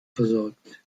versorgt